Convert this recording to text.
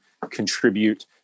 contribute